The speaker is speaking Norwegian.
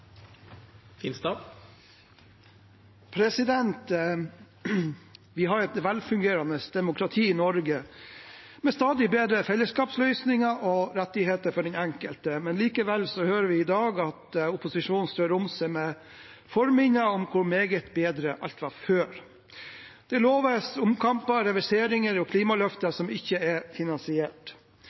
Vi har et velfungerende demokrati i Norge – med stadig bedre fellesskapsløsninger og rettigheter for den enkelte. Likevel hører vi i dag at opposisjonen strør om seg med fornminner om hvor meget bedre alt var før. Det loves omkamper, reverseringer og klimaløfter som ikke er finansiert.